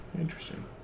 Interesting